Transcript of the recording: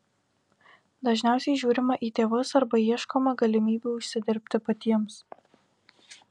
dažniausiai žiūrima į tėvus arba ieškoma galimybių užsidirbti patiems